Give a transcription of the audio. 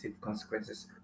consequences